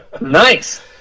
Nice